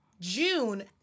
June